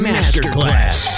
Masterclass